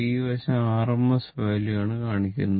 ഈ വശം RMS value ആണ് കാണിക്കുന്നത്